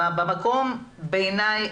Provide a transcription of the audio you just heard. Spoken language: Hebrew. במקום בעיני,